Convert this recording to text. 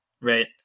right